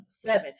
seven